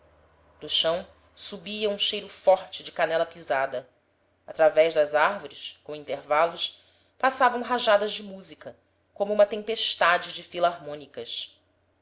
do chão subia um cheiro forte de canela pisada através das árvores com intervalos passavam rajadas de música como uma tempestade de filarmônicas